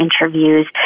interviews